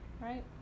right